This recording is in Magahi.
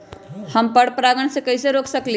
हम पर परागण के कैसे रोक सकली ह?